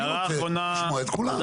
אני רוצה לשמוע את כולם.